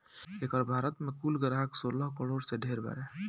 एकर भारत मे कुल ग्राहक सोलह करोड़ से ढेर बारे